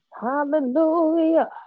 Hallelujah